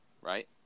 right